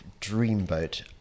dreamboat